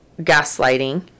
gaslighting